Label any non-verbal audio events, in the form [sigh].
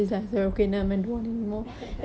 [laughs]